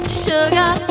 Sugar